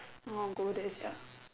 I want to go there sia